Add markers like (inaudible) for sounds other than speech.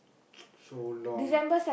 (noise) so long